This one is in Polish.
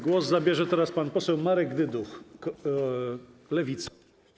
Głos zabierze teraz pan poseł Marek Dyduch, Lewica.